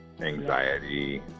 anxiety